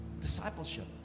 Discipleship